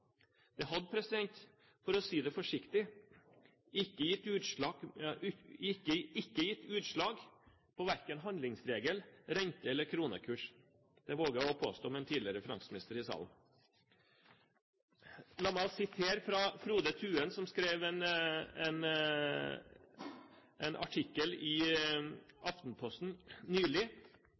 Det hadde, for å si det forsiktig, ikke gitt utslag på verken handlingsregel, rente eller kronekurs. Det våger jeg å påstå med en tidligere finansminister i salen. La meg sitere fra Frode Thuen, som skrev en artikkel i Aftenposten nylig,